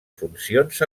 funcions